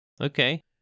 Okay